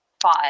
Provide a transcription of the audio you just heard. five